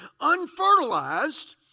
unfertilized